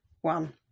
one